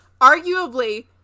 arguably